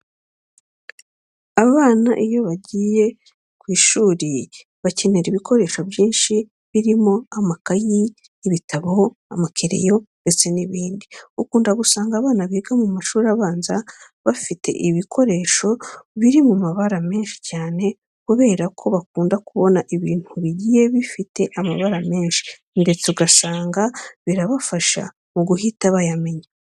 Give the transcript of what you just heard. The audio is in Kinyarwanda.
Abana iyo bagiye ku ishuri bakenera ibikoresho byinshi birimo amakayi, ibitabo, amakereyo ndetse n'ibindi. Ukunda gusanga abana biga mu mashuri abanza bafite ibikoresho birimo amabara menshi cyane kubera ko bakunda kubona ibintu bigiye bifite amabara menshi ndetse ugasanga birabafasha mu guhita bayamenya.